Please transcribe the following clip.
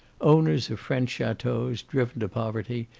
owners of french chateaus, driven to poverty,